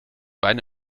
wein